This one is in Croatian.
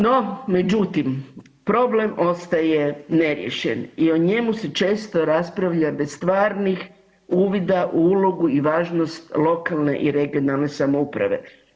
No međutim, problem ostaje neriješen i o njemu se često raspravlja bez stvarnih uvida u ulogu i važnost lokalne i regionalne samouprave.